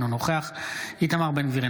אינו נוכח איתמר בן גביר,